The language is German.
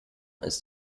ist